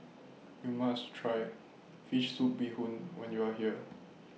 YOU must Try Fish Soup Bee Hoon when YOU Are here